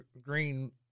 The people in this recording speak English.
Green